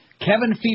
Kevin